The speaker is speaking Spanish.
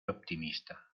optimista